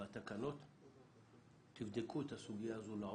והתקנות, תבדקו את הסוגיה הזו לעומק.